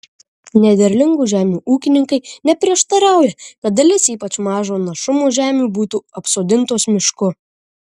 nederlingų žemių ūkininkai neprieštarauja kad dalis ypač mažo našumo žemių būtų apsodintos mišku